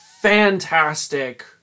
Fantastic